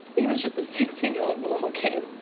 he was just a sixteen year-old normal kid.